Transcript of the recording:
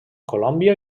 colòmbia